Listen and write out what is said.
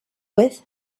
with